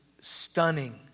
stunning